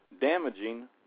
damaging